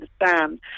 understand